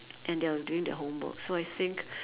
and they are doing their homework so I think